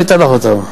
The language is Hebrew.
אתן לך אותם.